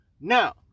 Now